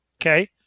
Okay